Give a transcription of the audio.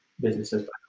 businesses